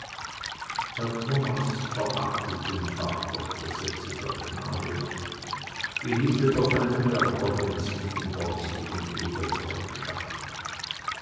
herr thomas verachtet den vater versetzte der knabe wie hielte der feine berberhengst mit dem borstigen